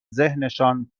ذهنشان